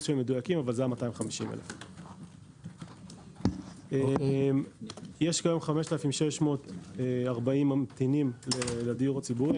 שהם מדויקים אבל זה 250,000. יש היום 5,640 ממתינים לדיור הציבורי.